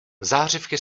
zářivky